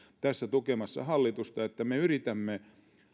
tässä tukemassa hallitusta että me yritämme